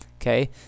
Okay